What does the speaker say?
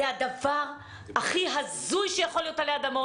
זה הדבר הכי הזוי שיכול להיות עלי אדמות